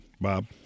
Bob